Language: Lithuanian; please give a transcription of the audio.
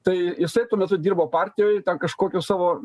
tai jisai tuo metu dirbo partijoj kažkokiu savo